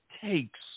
takes